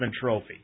Trophy